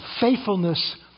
faithfulness